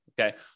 Okay